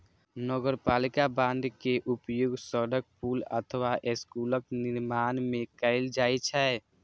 नगरपालिका बांड के उपयोग सड़क, पुल अथवा स्कूलक निर्माण मे कैल जाइ छै